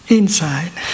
inside